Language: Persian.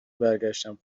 برگشتم